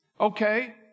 Okay